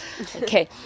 Okay